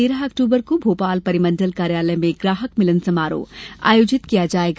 तेरह अक्टूबर को भोपाल परिमंडल कार्यालय में ग्राहक मिलन समारोह आयोजित किया जायेगा